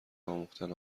آموختن